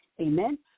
Amen